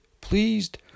pleased